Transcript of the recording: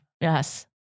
yes